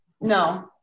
No